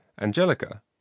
Angelica